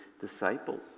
disciples